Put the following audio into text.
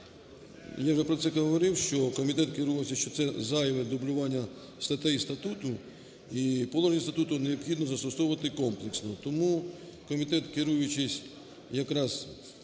Я вже про це говорив, що комітет керувався, що це зайве дублювання статей статуту і положення статуту необхідно застосовувати комплексно. Тому комітет, керуючись якраз